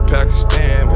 Pakistan